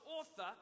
author